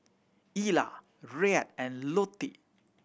Ela Rhett and Lottie